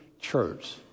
church